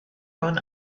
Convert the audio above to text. run